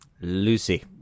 lucy